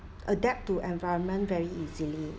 adapt to environment very easily